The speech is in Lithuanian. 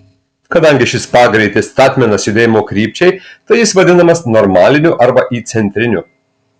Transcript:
kadangi šis pagreitis statmenas judėjimo krypčiai tai jis vadinamas normaliniu arba įcentriniu